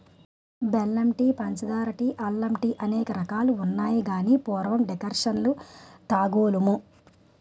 బెల్లం టీ పంచదార టీ అల్లం టీఅనేక రకాలున్నాయి గాని పూర్వం డికర్షణ తాగోలుము